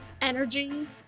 energy